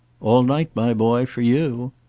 all night, my boy for you!